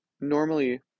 normally